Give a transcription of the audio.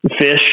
Fish